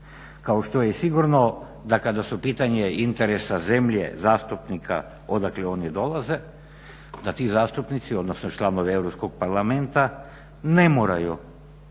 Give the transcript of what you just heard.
Kao što je sigurno da kada su pitanje interesa zemlje zastupnika odakle oni dolaze da ti zastupnici, odnosno članovi Europskog parlamenta ne moraju